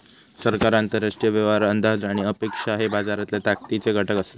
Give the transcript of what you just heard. सरकार, आंतरराष्ट्रीय व्यवहार, अंदाज आणि अपेक्षा हे बाजाराच्या ताकदीचे घटक असत